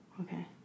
okay